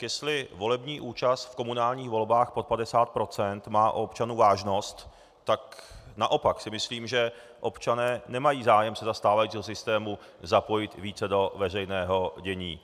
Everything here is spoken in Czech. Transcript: Jestli volební účast v komunálních volbách pod 50 % má u občanů vážnost, tak si naopak myslím, že občané nemají zájem se za stávajícího systému zapojit více do veřejného dění.